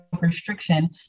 restriction